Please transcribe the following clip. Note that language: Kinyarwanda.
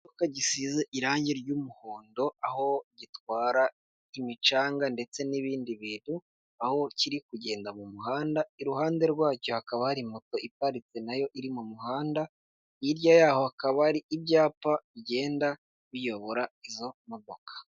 Ikimodoka gisize irange ry'umuhondo aho gitwara imicanga ndetse n'ibindi bintu, aho kiri kugenda mu muhanda, iruhande rwacyo hakaba hari moto iparitse nayo iri mu muhanda, hirya yaho hakaba ari ibyapa bigenda biyobora izo modoka.